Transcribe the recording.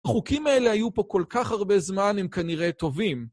החוקים האלה היו פה כל כך הרבה זמן הם כנראה טובים.